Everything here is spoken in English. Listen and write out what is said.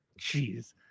Jeez